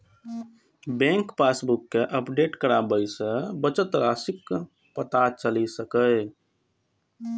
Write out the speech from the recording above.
bank passbook कें update कराबय सं बचत राशिक पता चलि सकैए